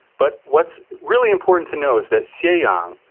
but what's really important to know is that xie yang,